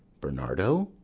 bernardo?